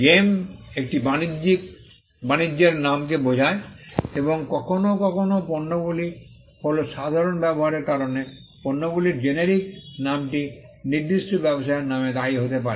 জেম একটি বাণিজ্যের নামকে বোঝায় এবং কখনও কখনও পণ্যগুলি হল সাধারণ ব্যবহারের কারণে পণ্যগুলির জেনেরিক নামটি নির্দিষ্ট ব্যবসায়ের নামে দায়ী হতে পারে